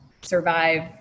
survive